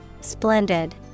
Splendid